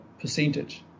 percentage